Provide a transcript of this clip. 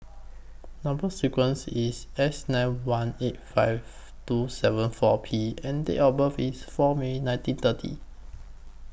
Number sequence IS S nine one eight five two seven four P and Date of birth IS four May one thousand nine hundred and thirty